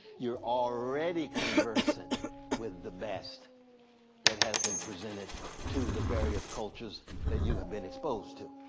you're already conversant with the best that has been presented to the various cultures that you have been exposed to,